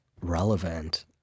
relevant